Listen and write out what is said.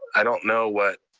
i don't know what